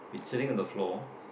been sitting on the floor